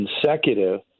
consecutive